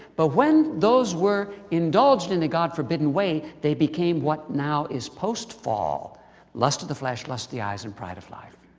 but when those were indulged in a god-forbidden way, they became what now is post-fall lust of the flesh, lust of the eyes, and pride of life.